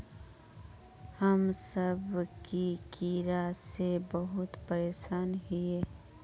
हम सब की कीड़ा से बहुत परेशान हिये?